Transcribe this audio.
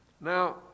Now